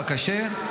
הקשה.